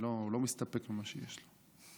לא מסתפק במה שיש לו.